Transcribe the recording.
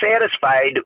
satisfied